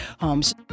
homes